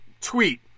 tweet